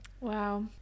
Wow